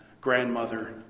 grandmother